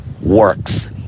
works